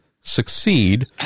succeed